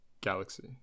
galaxy